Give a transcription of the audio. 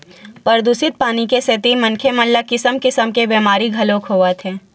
परदूसित पानी के सेती मनखे मन ल किसम किसम के बेमारी घलोक होवत हे